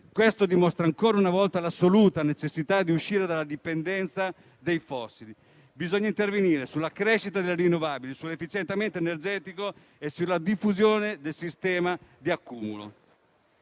Ciò dimostra ancora una volta l'assoluta necessità di uscire dalla dipendenza dai fossili. Bisogna intervenire sulla crescita delle energie rinnovabili, sull'efficientamento energetico e sulla diffusione del sistema di accumulo.